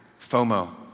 FOMO